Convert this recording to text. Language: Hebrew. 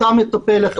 אותה מטפלת,